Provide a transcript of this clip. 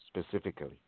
specifically